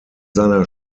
seiner